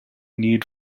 need